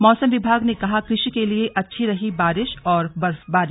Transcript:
मौसम विभाग ने कहा कृषि के लिए अच्छी रही बारिश और बर्फबारी